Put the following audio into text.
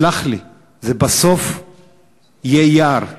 תסלח לי, זה בסוף יהיה יער,